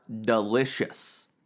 delicious